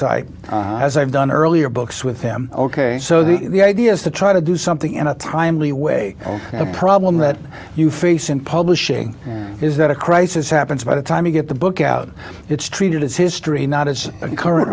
as i've done earlier books with him ok so the idea is to try to do something in a timely way a problem that you face in publishing is that a crisis happens by the time you get the book out it's treated as history not as a current